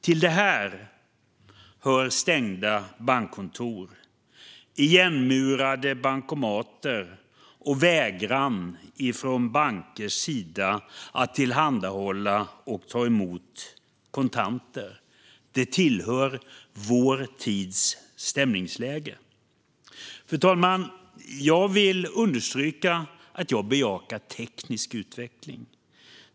Till det här hör stängda bankkontor, igenmurade bankomater och vägran från bankers sida att tillhandahålla och ta emot kontanter. Det tillhör vår tids stämningsläge. Fru talman! Jag vill understryka att jag bejakar teknisk utveckling.